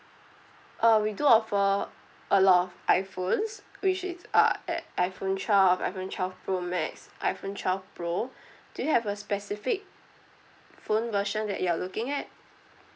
uh we do offer a lot of iphones which is uh at iPhone twelve iPhone twelve pro max iPhone twelve pro do you have a specific phone version that you're looking at